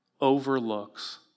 overlooks